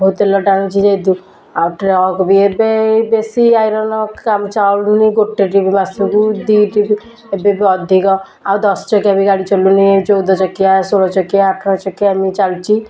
ବହୁତ ତେଲ ଟାଣୁଛି ଯେହେତୁ ଆଉ ଟ୍ରକ୍ ବି ଏବେ ଏଇ ବେଶୀ ଆଇରନ୍ କାମ ଚାଲୁନି ଗୋଟେ ଟ୍ରିପ୍ ମାସକୁ ଦୁଇ ଟ୍ରିପ୍ ଏବେ ବି ଅଧିକ ଆଉ ଦଶ ଚକିଆ ବି ଗାଡ଼ି ଚାଲୁନି ଚଉଦ ଚକିଆ ଷୋହଳ ଚକିଆ ଅଠର ଚକିଆ ଏମିତି ଚାଲୁଛି